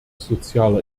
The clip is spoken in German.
sozialer